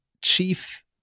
chief